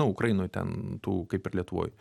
ukrainoj ten tų kaip ir lietuvoj